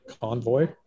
convoy